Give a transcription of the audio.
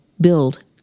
build